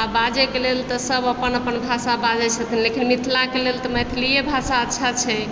आओर बाजयके लेल तऽ सब अपन अपन भाषा बाजय छथिन लेकिन मिथिलाके लेल तऽ मैथिलिये भाषा अच्छा छै